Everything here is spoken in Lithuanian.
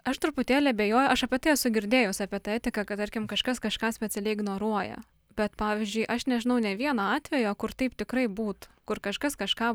aš truputėlį abejoju aš apie tai esu girdėjus apie tą etiką kad tarkim kažkas kažką specialiai ignoruoja bet pavyzdžiui aš nežinau nė vieno atvejo kur taip tikrai būtų kur kažkas kažką